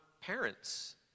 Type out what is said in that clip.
parents